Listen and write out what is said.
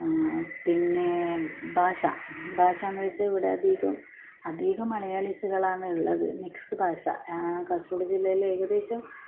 പിന്നെ ഭാഷ ഭാഷ എന്ന് വെച്ചാൽ ഇവിടെ അധികം അധികം മലയാളീസുകളാണ് ഉള്ളത് മിക്സ് ഭാഷ ആ കാസർഗോഡ് ജില്ലയിൽ ഏകദേശം